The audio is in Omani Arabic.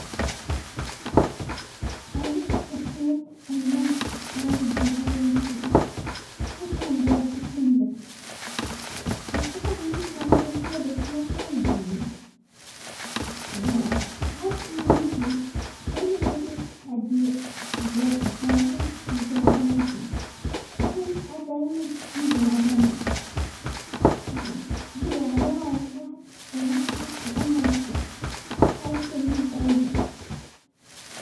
اعجبت بشخصية الامام غالب بن علي الهنائي، هو كان قاعد حكيم ذكي واستطاع انه يجمع بين القيادة السياسية والدينية، وشعرت انه ملهم لانه واجهت تحديات في حياته بشجاعة وحكمة، وكان يسعد دايما لتحقيق العدالة، ويعني تحقيق العدالة ومصلحة-ومصلحة العامة للشعب، وهذا شي مهم في اي زمن.